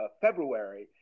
February